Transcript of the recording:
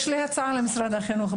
יש לי הצעה למשרד החינוך,